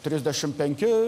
trisdešimt penki